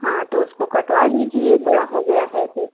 हाँ तो उसको कटवा लीजिए बड़ा हो गया है तो